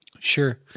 Sure